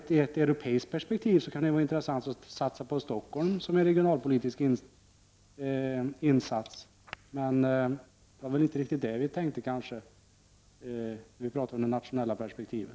I ett europeiskt perspektiv kan det vara intressant att satsa på Stockholm i en regionalpolitisk insats, men det var kanske inte riktigt det vi tänkte på när vi talade om det nationella perspektivet.